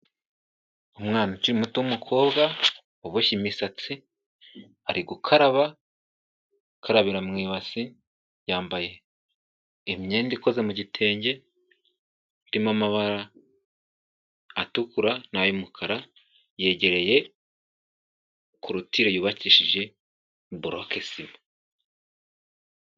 Umwana ukiri muto w'umukobwa, uboshye imisatsi, ari gukaraba, akabira mu ibasi yambaye imyenda ikoze mu gitenge, irimo amabara atukura n'ay'umukara, yegereye korutire yubakishije boroke sima.